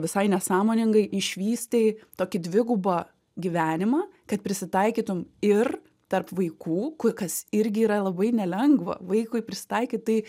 visai nesąmoningai išvystei tokį dvigubą gyvenimą kad prisitaikytum ir tarp vaikų ku kas irgi yra labai nelengva vaikui prisitaikyt tai